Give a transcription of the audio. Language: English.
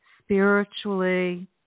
spiritually